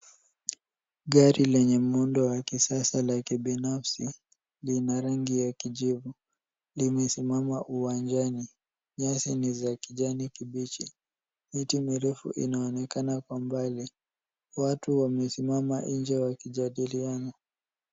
Gari lenye muundo wa kisasa la kibinafsi lina rangi ya kijivu. Limesimama uwanjani. Nyasi ni za kijani kibichi . Miti mirefu inaonekana kwa mbali. Watu wamesimama nje wakijadiliana.